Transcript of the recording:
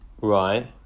Right